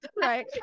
right